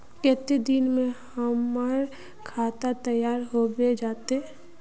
केते दिन में हमर खाता तैयार होबे जते?